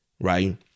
right